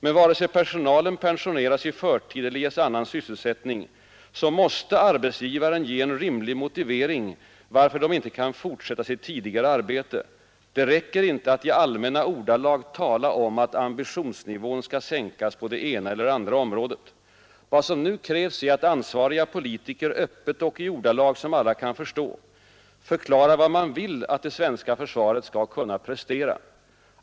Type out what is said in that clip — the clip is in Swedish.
Men vare sig personalen pensioneras i förtid eller ges annan sysselsättning så måste arbetsgivaren ge en rimlig motivering varför de inte kan fortsätta sitt tidigare arbete. Det räcker inte att i allmänna ordalag tala om att ”ambitionsnivån” skall sänkas på det ena eller andra området. Vad som nu krävs är att ansvariga politiker öppet och i ordalag, som alla kan förstå, förklarar vad man vill att det svenska försvaret skall kunna prestera.